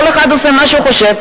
כל אחד עושה מה שהוא חושב.